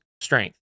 strength